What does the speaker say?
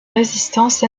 résistance